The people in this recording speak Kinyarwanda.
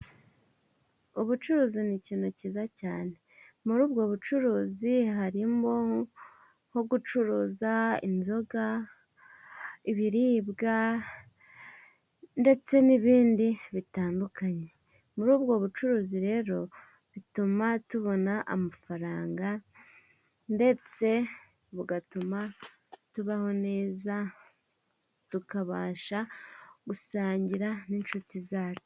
Ubucuruzi n'ikintu cyiza cyane muri ubwo bucuruzi harimo nko gucuruza inzoga, ibiribwa ndetse n'ibindi bitandukanye. Muri ubwo bucuruzi rero bituma tubona amafaranga ndetse bugatuma tubaho neza tukabasha gusangira n'inshuti zacu.